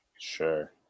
Sure